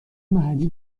محلی